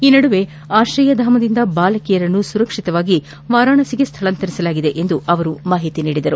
ಈ ನಡುವೆ ಆಕ್ರಯಧಾಮದಿಂದ ಬಾಲಕಿಯರನ್ನು ಸುರಕ್ಷಿತವಾಗಿ ವಾರಾಣಸಿಗೆ ಸ್ವಳಾಂತರಿಸಲಾಗಿದೆ ಎಂದು ಅವರು ಮಾಹಿತಿ ನೀಡಿದರು